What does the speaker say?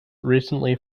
recently